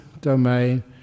domain